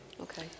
Okay